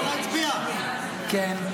כן.